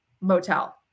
motel